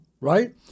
right